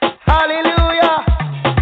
hallelujah